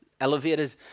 elevated